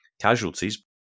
casualties